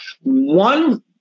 one